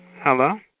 Hello